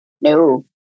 No